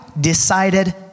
decided